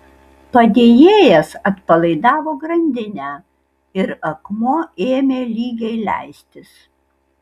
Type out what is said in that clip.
padėjėjas atpalaidavo grandinę ir akmuo ėmė lygiai leistis